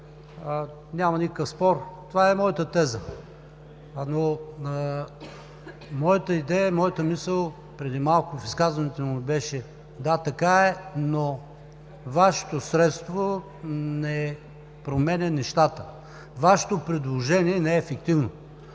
няма никакъв спор, това е моята теза. Моята идея и моята мисъл преди малко в изказването ми беше – да, така е, но Вашето средство не променя нещата. Вашето предложение не е ефективно.